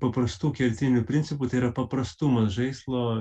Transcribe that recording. paprastų kertinių principų tai yra paprastumas žaislo